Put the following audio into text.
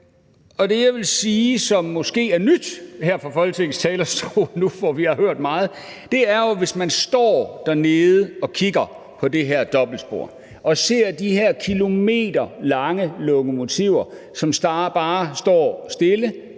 det, jeg vil sige, som måske er nyt – her fra Folketingets talerstol nu, hvor vi har hørt meget – er jo, at hvis man står dernede og kigger på det her dobbeltspor, kan man se de her kilometerlange lokomotiver, som bare står stille